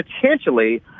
potentially